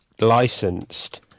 licensed